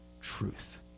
truth